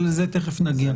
אבל לזה תכף נגיע.